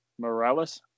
Morales